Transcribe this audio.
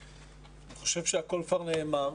הכול כבר נאמר.